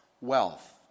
wealth